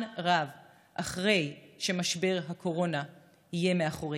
רב אחרי שמשבר הקורונה יהיה מאחורינו.